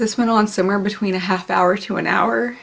this went on somewhere between a half hour to an hour